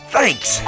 Thanks